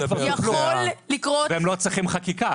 עליהן כבר טופלו והן לא צריכות חקיקה,